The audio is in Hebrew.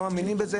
לא מאמינים בזה,